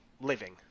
living